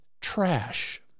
trash